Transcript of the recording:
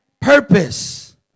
Purpose